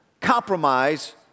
compromise